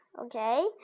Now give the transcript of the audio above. okay